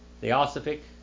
Theosophic